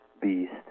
beast